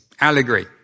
allegory